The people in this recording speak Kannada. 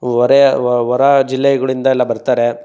ಹೊರೆಯ ಹೊರ ಜಿಲ್ಲೆಗಳಿಂದ ಎಲ್ಲ ಬರ್ತಾರೆ